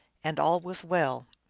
and all was well.